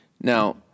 Now